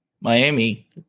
Miami